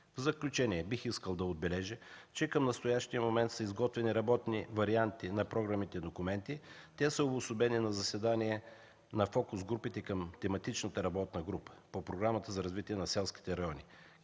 В заключение бих искал да отбележа, че към настоящия момент са изготвени работни варианти на програмните документи. Те са обособени на заседание на фокус групите към тематичната работна група по Програмата за развитие на селските райони,